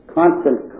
constant